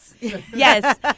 Yes